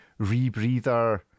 rebreather